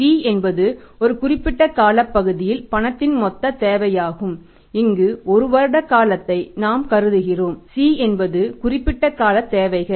T என்பது ஒரு குறிப்பிட்ட காலப்பகுதியில் பணத்தின் மொத்தத் தேவையாகும் இங்கு 1 வருட காலத்தை நாம் கருதுகிறோம் C என்பது குறிப்பிட்ட கால தேவைகள்